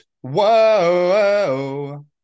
whoa